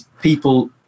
people